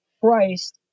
Christ